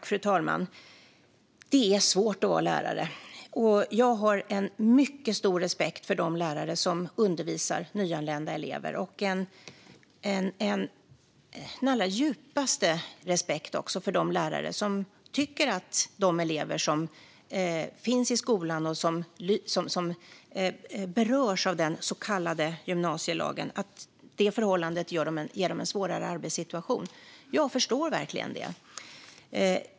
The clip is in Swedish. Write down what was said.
Fru talman! Det är svårt att vara lärare. Jag har mycket stor respekt för de lärare som undervisar nyanlända elever, och jag har den allra djupaste respekt även för de lärare som tycker att det skapar en svårare arbetssituation att ha elever i skolan som berörs av den så kallade gymnasielagen. Jag förstår verkligen det.